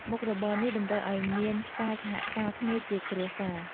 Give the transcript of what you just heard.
មុខរបរនេះតម្រូវឱ្យមានការសហការគ្នាជាគ្រួសារ។